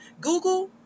Google